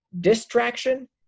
distraction